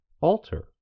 alter